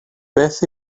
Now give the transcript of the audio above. beth